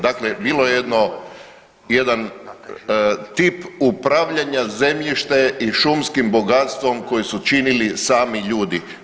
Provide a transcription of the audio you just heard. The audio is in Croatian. Dakle, bio je jedan tip upravljanja zemljištem i šumskim bogatstvom koji su činili sami ljudi.